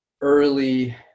early